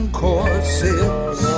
courses